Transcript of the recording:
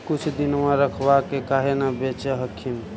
कुछ दिनमा रखबा के काहे न बेच हखिन?